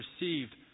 received